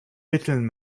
mitteln